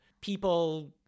people